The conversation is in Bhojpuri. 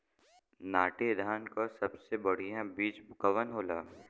नाटी धान क सबसे बढ़िया बीज कवन होला?